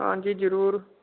हां जी जरूर